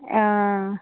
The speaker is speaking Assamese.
অঁ